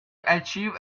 achieve